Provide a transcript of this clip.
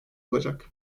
olacak